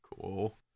Cool